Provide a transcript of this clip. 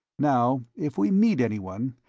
now, if we meet anyone,